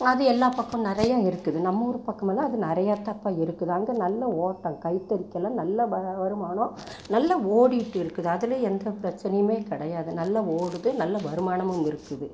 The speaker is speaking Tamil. அது எல்லா பக்கம் நிறையா இருக்குது நம்ம ஊர் பக்கமெல்லாம் அது நிறையாதாப்பா இருக்குது அங்கே நல்ல ஓட்டம் கைத்தறிக்கெல்லாம் நல்ல வ வருமானம் நல்லா ஓடிகிட்டு இருக்குது அதில் எந்தப் பிரச்சினையுமே கிடையாது நல்லா ஓடுது நல்ல வருமானமும் இருக்குது